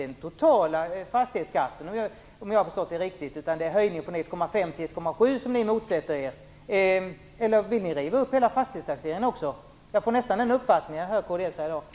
Det är såvitt jag förstår bara denna höjning som vi diskuterar, inte den totala fastighetsskatten. Eller vill ni också riva upp hela fastighetstaxeringen? Jag får nästan den uppfattningen när jag hör kds resonemang här i dag.